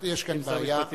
יש כאן בעיה.